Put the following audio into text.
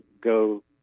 go